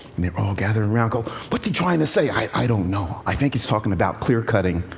and they were all gathered around, going, what's he trying to say? i don't know, i think he's talking about clear cutting.